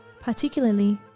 particularly